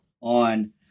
on